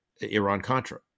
Iran-Contra